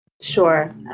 Sure